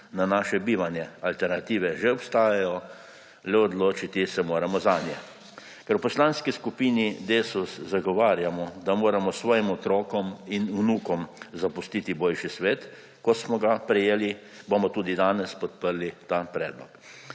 na naše bivanje. Alternative že obstajajo, le odločiti se moramo zanje. Ker v Poslanski skupini Desus zagovarjamo, da moramo svojim otrokom in vnukom zapustiti boljši svet, kot smo ga prejeli, bomo tudi danes podprli ta predlog.